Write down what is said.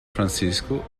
francisco